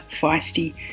feisty